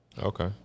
Okay